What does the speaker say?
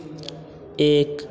एक